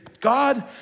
God